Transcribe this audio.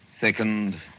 Second